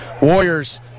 Warriors